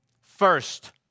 First